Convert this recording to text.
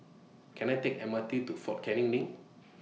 Can I Take The M R T to Fort Canning LINK